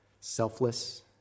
selfless